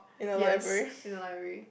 yes in a library